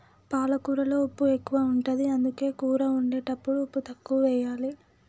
పాలకూరలో ఉప్పు ఎక్కువ ఉంటది, అందుకే కూర వండేటప్పుడు ఉప్పు తక్కువెయ్యాలి